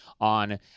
on